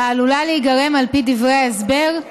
העלולה להיגרם, על פי דברי ההסבר,